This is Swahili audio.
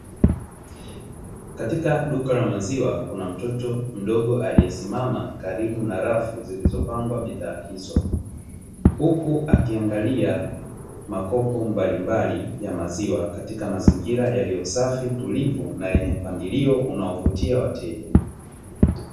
Katika duka la maziwa kuna mtoto mdogo aliyesimama karibu na rafu zilizopangwa bidhaa hizo, huku akiangalia makopo mbalimbali ya maziwa katika mazingira yaliyosafi, tulivu na yenye mpangilio unaovutia wateja.